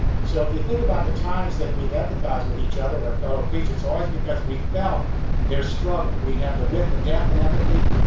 so if you think about the times that we've empathized with each other or our fellow creatures, it's always because we felt their struggle. we have the width, the death in empathy,